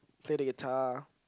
play the guitar